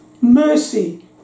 mercy